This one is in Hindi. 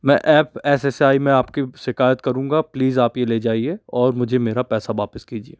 मैं F S S A I आपकी शिकायत करूँगा प्लीज़ आप ये ले जाइए और मुझे मेरा पैसा वापिस कीजिए